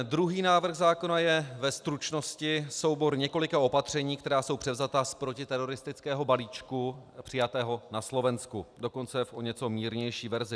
Druhý návrh zákona je ve stručnosti soubor několika opatření, která jsou převzata z protiteroristického balíčku přijatého na Slovensku, dokonce v o něco mírnější verzi.